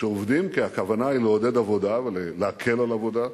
שעובדים כי הכוונה היא לעודד עבודה ולהקל על עבודה.